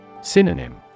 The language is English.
Synonym